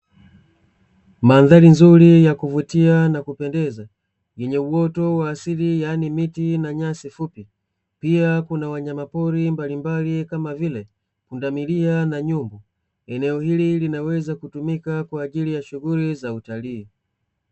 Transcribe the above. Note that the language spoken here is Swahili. Mandhari nzuri ya kuvutia na kupendeza yenye uoto wa asili yaani miti na nyasi fupi, pia kuna wanyamapori mbalimbali kama vile: pundamilia na nyumbu. Eneo hili linaweza kutumika kwa ajili ya shughuli za utalii.